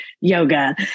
yoga